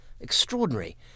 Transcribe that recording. Extraordinary